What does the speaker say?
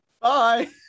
bye